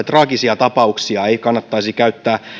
traagisia tapauksia ei kannattaisi käyttää